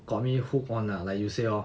on me hook on like you say lor